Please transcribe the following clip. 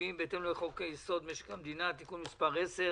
תקציביים בהתאם לחוק יסוד: משק המדינה (תיקון מס' 10